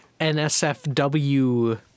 NSFW